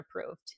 approved